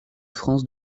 france